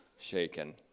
Shaken